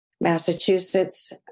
Massachusetts